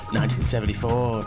1974